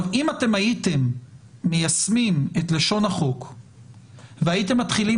אם הייתם מיישמים את לשון החוק והייתם מתחילים